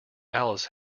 alice